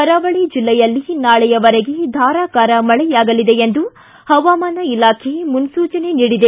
ಕರಾವಳ ಜಿಲ್ಲೆಯಲ್ಲಿ ನಾಳೆಯವರೆಗೆ ಧಾರಾಕಾರ ಮಳೆಯಾಗಲಿದೆ ಎಂದು ಪವಾಮಾನ ಇಲಾಖೆ ಮುನ್ಸೂಚನೆ ನೀಡಿದೆ